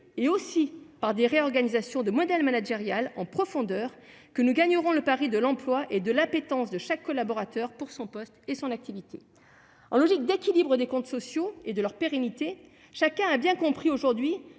et par des réorganisations de modèle managérial en profondeur, que nous gagnerons le pari de l'emploi et de l'appétence de chaque collaborateur pour son poste et son activité. Eu égard à la logique d'équilibre des comptes sociaux et de leur pérennité, chacun a bien compris que